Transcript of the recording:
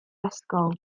ysgol